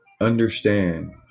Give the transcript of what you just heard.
understand